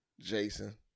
Jason